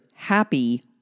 happy